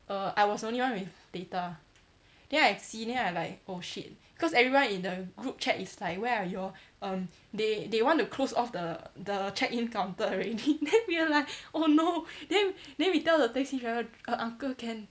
err I was the only one with data then I see then I like oh shit cause everyone in the group chat is like where are y'all um they they want to close off the the check-in counter already then we were like oh no then then we tell the taxi driver err uncle can